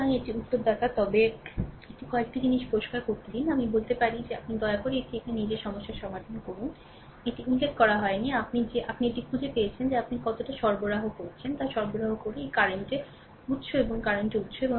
সুতরাং এটি উত্তরদাতা তবে আমাকে এটি কয়েকটি জিনিস পরিষ্কার করতে দিন আমি বলতে পারি যে আপনি দয়া করে এটি এখানে নিজের সমস্যার সমাধান করুন এটি উল্লেখ করা হয়নি আপনি যে আপনি এটি খুঁজে পেয়েছেন যে আপনি কতটা সরবরাহ করেছেন তা সরবরাহ করে এই কারেন্ট উৎস এবং এই কারেন্ট উৎস